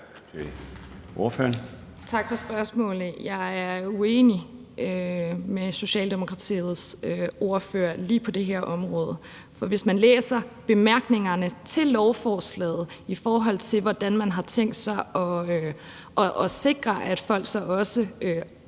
Tak for spørgsmålet. Jeg er uenig med Socialdemokratiets ordfører lige på det her område. Hvis vi læser bemærkningerne til lovforslaget om, hvordan man har tænkt sig at sikre, at folk så også